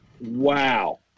Wow